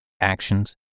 actions